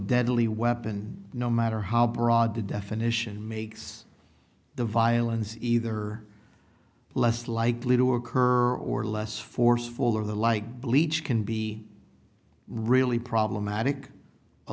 deadly weapon no matter how broad the definition makes the violence either less likely to occur or less forceful or the like bleach can be really problematic a